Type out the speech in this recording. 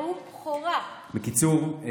בקיצור,